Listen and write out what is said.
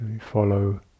Follow